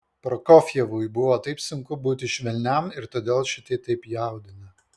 prokofjevui buvo taip sunku būti švelniam ir todėl šitai taip jaudina